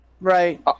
right